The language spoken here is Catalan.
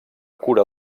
cura